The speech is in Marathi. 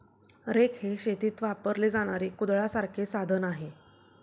रेक हे शेतीत वापरले जाणारे कुदळासारखे साधन आहे